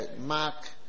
Mark